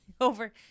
over